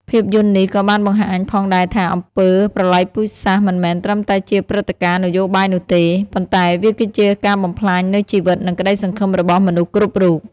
ភាពយន្តនេះក៏បានបង្ហាញផងដែរថា អំពើប្រល័យពូជសាសន៍មិនមែនត្រឹមតែជាព្រឹត្តិការណ៍នយោបាយនោះទេ ប៉ុន្តែវាគឺជាការបំផ្លាញនូវជីវិត និងក្ដីសង្ឃឹមរបស់មនុស្សគ្រប់រូប។